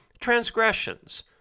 transgressions